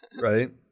Right